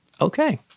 Okay